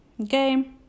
okay